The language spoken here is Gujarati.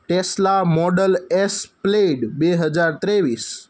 ટેસ્લા મોડલ એસ પ્લેડ બે હજાર ત્રેવીસ